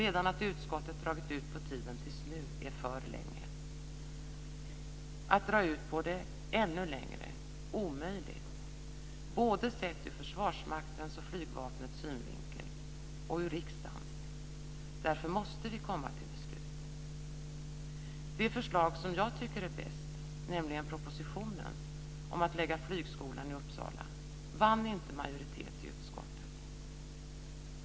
Redan att utskottet dragit ut på tiden tills nu är för länge. Att dra ut på det ännu längre är omöjligt både sett ur Försvarsmaktens och flygvapnets synvinkel och ur riksdagens. Därför måste vi komma till beslut. Det förslag som jag tycker är bäst, nämligen propositionens om att lägga flygskolan i Uppsala, vann inte majoritet i utskottet.